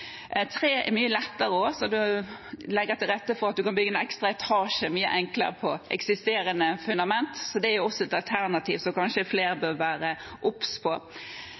Tre er også mye lettere, så det legger til rette for at en kan bygge en ekstra etasje mye enklere på eksisterende fundament. Det er også et alternativ som kanskje flere bør være obs på.